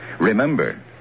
Remember